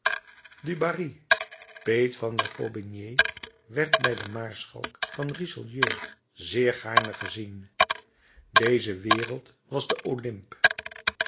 du barry peet van la vaubernier werd bij den maarschalk van richelieu zeer gaarne gezien deze wereld was de olymp